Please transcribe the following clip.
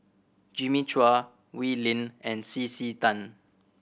Jimmy Chua Wee Lin and C C Tan